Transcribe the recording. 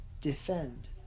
defend